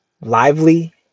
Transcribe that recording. lively